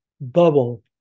bubble